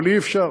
אבל אי-אפשר.